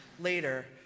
later